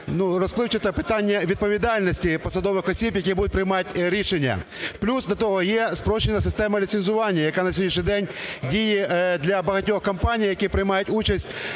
розпливчате питання відповідальності посадових осіб, які будуть приймати рішення. Плюс до того, є спрощена система ліцензування, яка на сьогоднішній день діє для багатьох компаній, які приймають участь